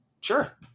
Sure